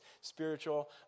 spiritual